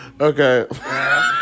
Okay